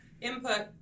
input